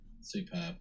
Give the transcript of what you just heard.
superb